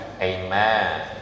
Amen